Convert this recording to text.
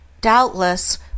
doubtless